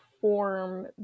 form